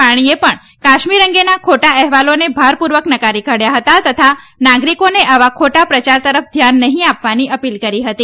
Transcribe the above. પાણીએ પણ કાશ્મીર અંગેના ખોટા અહેવાલોને ભારપૂર્વક નકારી કાઢ્યા હતા તથા નાગરિકોને આવા ખોટા પ્રયાર તરફ ધ્યાન નહી આપવાની અપીલ કરી હતી